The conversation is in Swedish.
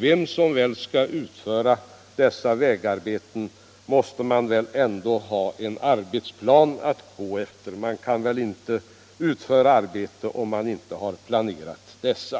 Vem som än skall utföra dessa vägarbeten måste man väl ändå ha en arbetsplan att gå efter. Man kan inte utföra ett arbete om man inte har planerat det.